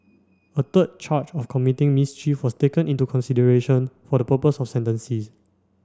a third charge of committing mischief was taken into consideration for the purpose of sentencing